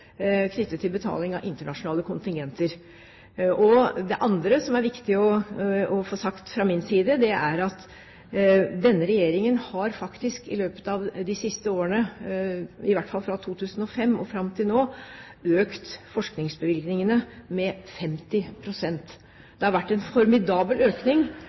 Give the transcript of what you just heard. knyttet til betaling av internasjonale kontingenter. Det andre som er viktig å få sagt fra min side, er at denne regjeringen i løpet av de siste årene, i hvert fall fra 2005 og fram til nå, faktisk har økt forskningsbevilgningene med 50 pst. Det har vært en formidabel økning,